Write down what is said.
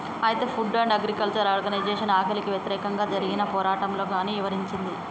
అయితే Food and Agriculture Organization ఆకలికి వ్యతిరేకంగా జరిగిన పోరాటంలో గాన్ని ఇవరించింది